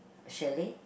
chalet